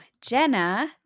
Jenna